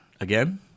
again